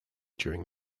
during